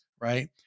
right